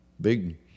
big